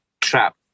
trap